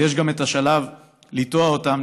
אבל יש גם את השלב של לנטוע אותם,